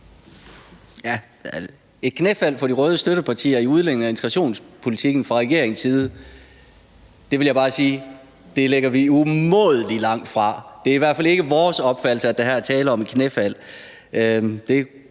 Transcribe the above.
Et knæfald for de røde støttepartier i udlændinge- og integrationspolitikken fra regeringens side ligger vi umådelig langt fra, vil jeg bare sige. Det er i hvert fald ikke vores opfattelse, at der her er tale om et knæfald.